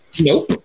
Nope